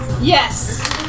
Yes